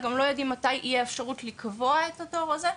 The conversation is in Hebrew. גם לא יודעים מתי יהיה אפשרות לקבוע את התור הזה.